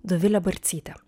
dovilė barcytė